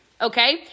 Okay